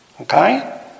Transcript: Okay